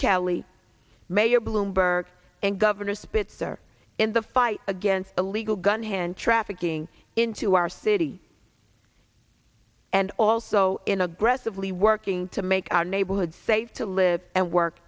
kelly mayor bloomberg and governor spitzer in the fight against illegal gun hand trafficking into our city and also in aggressively working to make our neighborhood safe to live and work